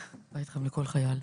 בית חם לכל חייל.